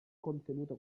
contenuto